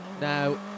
now